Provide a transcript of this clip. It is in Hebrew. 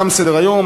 תם סדר-היום,